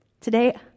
Today